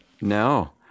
No